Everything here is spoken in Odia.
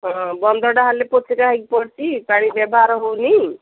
ହଁ ବନ୍ଧଟା ହେଲେ ପୋତି ପଡ଼ିଛି ପାଣି ବ୍ୟବହାର ହଉନି